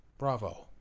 Bravo